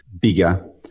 bigger